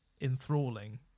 enthralling